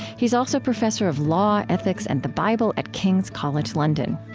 he is also professor of law, ethics, and the bible at king's college london.